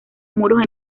muros